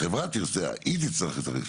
החברה תצטרך את הרישיון.